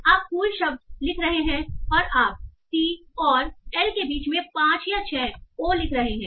तो आप कूल शब्द लिख रहे हैं और आप सी और एल के बीच में पांच या छह ओ लिख रहे हैं